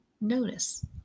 notice